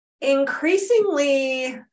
increasingly